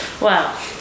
Wow